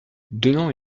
donnons